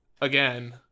again